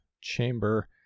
chamber